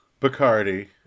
Bacardi